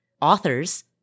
authors